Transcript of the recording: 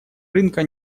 рынка